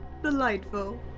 delightful